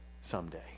someday